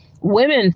women